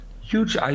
huge